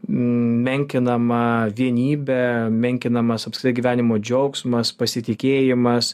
menkinama vienybė menkinamas apsigyvenimo džiaugsmas pasitikėjimas